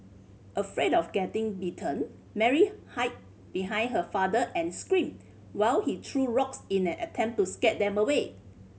afraid of getting bitten Mary hide behind her father and screamed while he threw rocks in an attempt to scare them away